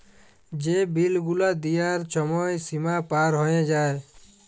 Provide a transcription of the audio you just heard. যে বিল গুলা দিয়ার ছময় সীমা পার হঁয়ে যায়